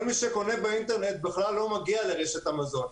כל מי שקונה באינטרנט בכלל לא מגיע לרשת המזון,